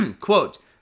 quote